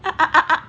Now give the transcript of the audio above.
uh uh uh